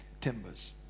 timbers